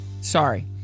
sorry